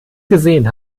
gesehen